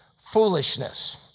foolishness